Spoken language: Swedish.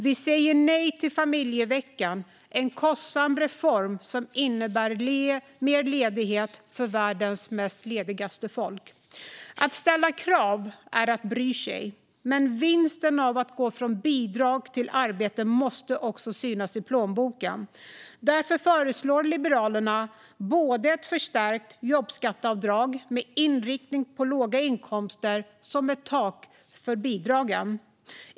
Vi säger nej till familjeveckan, en kostsam reform som innebär mer ledighet för världens mest lediga folk. Att ställa krav är att bry sig. Men vinsten av att gå från bidrag till arbete måste också synas i plånboken. Därför föreslår Liberalerna såväl ett förstärkt jobbskatteavdrag med inriktning på låga inkomster som ett tak för bidragen.